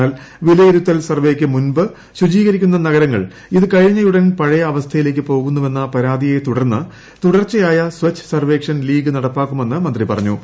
എന്നാൽ വിലയിരുത്തൽ സർവ്വേയ്ക്ക് മുൻപ് ശുചീകരിക്കുന്ന നഗരങ്ങൾ ഇത് കഴിഞ്ഞയുടൻ പഴയ അവസ്ഥയിലേയ്ക്ക് പോകുന്നുവെന്ന പരാതിയെത്തുടർന്ന് തുടർച്ചയായ സ്വച്ഛ് സർവ്വേക്ഷൺ ലീഗ് നടപ്പാക്കുമെന്ന് മന്ത്രി പറഞ്ഞു